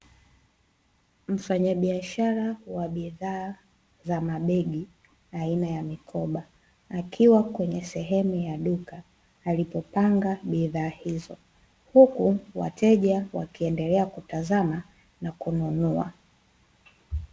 Mfanyabiashara wa bidhaa za mabegi aina ya mikoba, akiwa kwenye sehemu ya duka alipopanga bidhaa hizo, huku wateja wakiendelea kutazama na kununua.